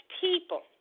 people